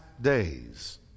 days